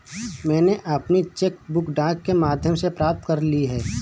मैनें अपनी cheque book डाक के माध्यम से प्राप्त कर ली है